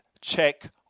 check